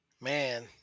Man